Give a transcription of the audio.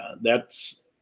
thats